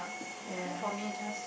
ya